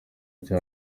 icyo